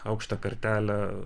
aukštą kartelę